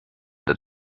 the